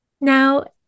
Now